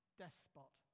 despot